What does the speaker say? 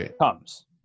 comes